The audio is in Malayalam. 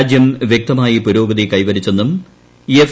രാജ്യം വൃക്തമായി പുരോഗതി കൈവരിച്ചെന്നും എഫ്